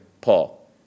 Paul